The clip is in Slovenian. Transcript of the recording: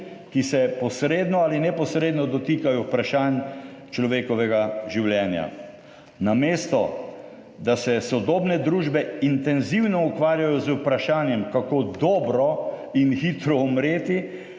ki se posredno ali neposredno dotikajo vprašanj človekovega življenja. Namesto, da se sodobne družbe intenzivno ukvarjajo z vprašanjem, kako dobro in hitro umreti,